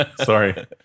Sorry